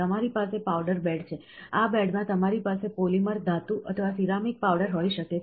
તમારી પાસે powder bed છે આ બેડમાં તમારી પાસે પોલિમર ધાતુ અથવા સિરામિક પાવડર હોઈ શકે છે